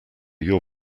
your